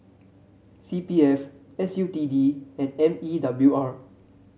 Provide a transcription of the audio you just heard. C P F S U T D and M E W R